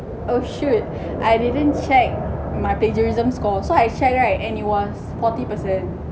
oh shoot I didn't check my plagiarism score so I check right and it was forty percent